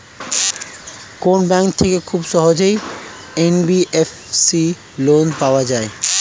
কোন ব্যাংক থেকে খুব সহজেই এন.বি.এফ.সি লোন পাওয়া যায়?